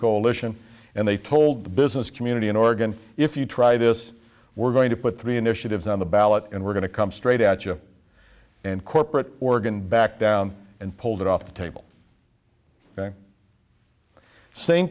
coalition and they told the business community in oregon if you try this we're going to put three initiatives on the ballot and we're going to come straight at you and corporate oregon back down and pulled it off the table same thing